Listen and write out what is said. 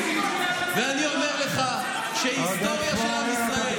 ואני אומר לך שהיסטוריה של עם ישראל,